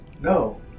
No